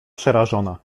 przerażona